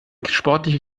sportliche